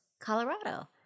Colorado